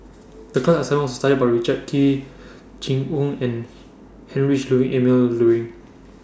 The class assignment was to study about Richard Kee Jing Hong and Heinrich Ludwig Emil Luering